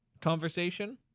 conversation